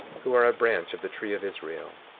who are a branch of the tree of israel,